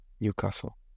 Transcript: Newcastle